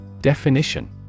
Definition